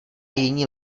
jiní